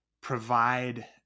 provide